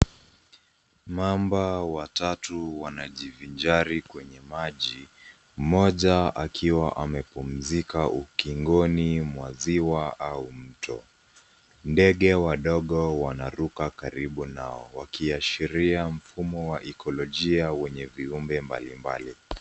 Mamba watatu wanajivinjari kwenye maji. Moja akiwa amepumzika ukingoni mwa ziwa au mto. Ndege wadogo wanaruka karibu nao wakiashiria mfumo wa ekolojia wenye viumbe mbalimbali.